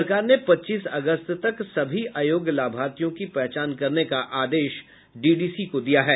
सरकार ने पच्चीस अगस्त तक सभी अयोग्य लाभार्थियों की पहचान करने का आदेश डीडीसी को दिया है